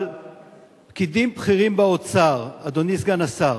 אבל פקידים בכירים באוצר, אדוני סגן שר